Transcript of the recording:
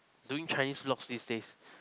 doing Chinese vlogs these days